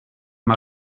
mae